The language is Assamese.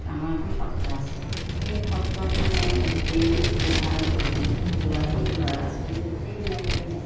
ডাঙৰ এখন সত্ৰ আছে সেই সত্ৰত মানে গোটেই বুঢ়া বুঢ়ী বোৱাৰী ল'ৰা ছোৱালী গোটেইবিলাকে যায়